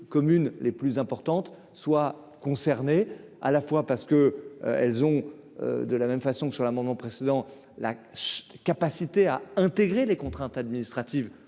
communes les plus importantes soient concernés à la fois parce que elles ont de la même façon que sur l'amendement précédent la capacité à intégrer les contraintes administratives